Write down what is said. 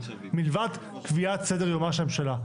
מלבד קביעת סדר יומה של הממשלה.